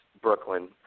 Brooklyn